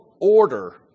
order